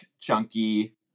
chunky